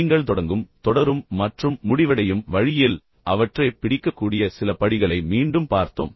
நீங்கள் தொடங்கும் தொடரும் மற்றும் முடிவடையும் வழியில் அவற்றைப் பிடிக்கக்கூடிய சில படிகளை மீண்டும் பார்த்தோம்